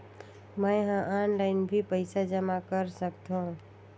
मैं ह ऑनलाइन भी पइसा जमा कर सकथौं?